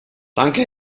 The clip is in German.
danke